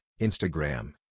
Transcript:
Instagram